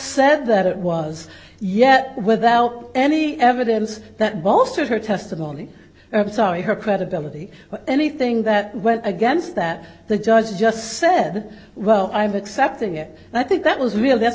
said that it was yet without any evidence that bolstered her testimony saw her credibility anything that went against that the judge just said well i'm accepting it and i think that was real that's